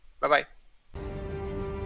Bye-bye